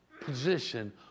position